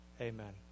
Amen